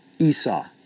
Esau